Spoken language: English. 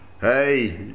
Hey